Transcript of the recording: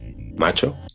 Macho